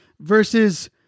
versus